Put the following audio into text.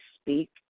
speak